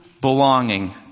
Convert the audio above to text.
belonging